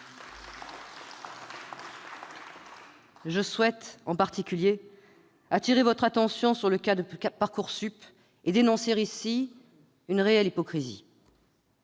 Je souhaite, en particulier, attirer votre attention sur le cas de Parcoursup et dénoncer, ici, une réelle hypocrisie